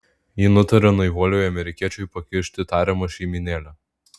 ji nutaria naivuoliui amerikiečiui pakišti tariamą šeimynėlę